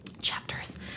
Chapters